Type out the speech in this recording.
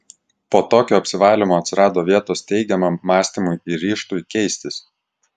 po tokio apsivalymo atsirado vietos teigiamam mąstymui ir ryžtui keistis